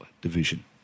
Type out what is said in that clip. division